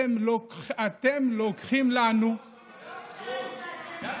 ואתם לוקחים לנו, זה לא משרת את האג'נדה.